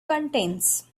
contents